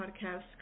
podcast